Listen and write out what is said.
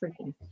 freaking